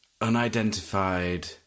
Unidentified